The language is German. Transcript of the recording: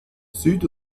süd